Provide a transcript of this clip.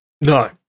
No